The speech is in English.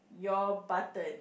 your button